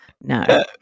No